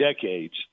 decades